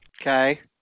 Okay